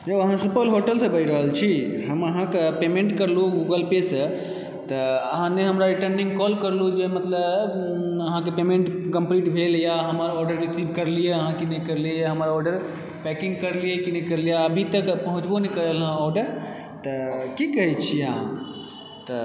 यौ अहाँ सुपौल होटलसँ बाजि रहल छी हम अहाँके पेमेन्ट करलु गूगलपेसँ तऽ अहाँ नहि हमरा रिटर्निंग कॉल करलु जे मतलब अहाँकेँ पेमेन्ट कम्प्लीट भेलए हमर ऑर्डर रिसीव करलियै हन कि नइ करलियै हमर ऑर्डर पैकिंग करलियै कि नहि करलियै अभी तक पहुँचबो नहि करल हँ ऑर्डर तऽ की कहै छी अहाँ तऽ